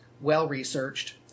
well-researched